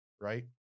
right